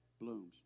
blooms